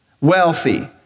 wealthy